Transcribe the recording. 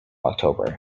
october